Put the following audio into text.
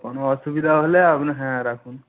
কোনো অসুবিধা হলে আপনি হ্যাঁ রাখুন